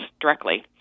directly